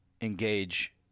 engage